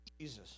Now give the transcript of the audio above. Jesus